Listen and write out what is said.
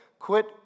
Quit